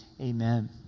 Amen